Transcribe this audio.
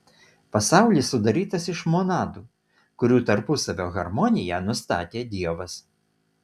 pasaulis sudarytas iš monadų kurių tarpusavio harmoniją nustatė dievas